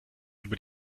über